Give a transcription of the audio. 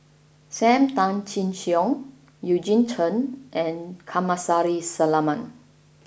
Sam Tan Chin Siong Eugene Chen and Kamsari Salam